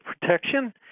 protection